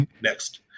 next